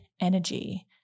energy